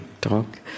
talk